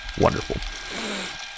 Wonderful